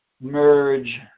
merge